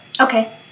Okay